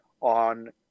on